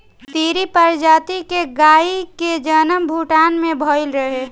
सीरी प्रजाति के गाई के जनम भूटान में भइल रहे